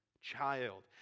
child